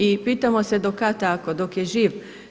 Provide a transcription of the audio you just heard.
I pitamo se do kada tako, dok je živ.